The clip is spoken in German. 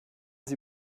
sie